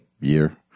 year